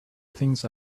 things